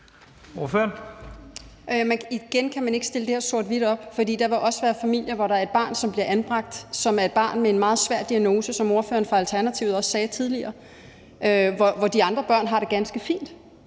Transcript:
Igen kan man ikke stille det her sort-hvidt op. For der vil også være familier, hvor der er et barn, som bliver anbragt, altså et barn med en meget svær diagnose, hvilket ordføreren for Alternativet også sagde tidligere, og hvor de andre børn har det ganske fint,